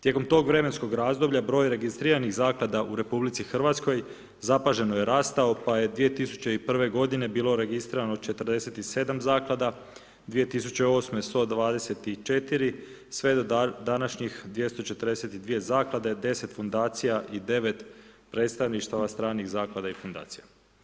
Tijekom tog vremenskog razdoblja, broj registriranih zaklada u RH, zapaženo je rastao, pa je 2001. g. bilo registrirano 47 zaklada, 2008. 124, sve do današnjih 242 zaklade, 10 fundacija i 9 predstavništava stranih zaklada i fundacija.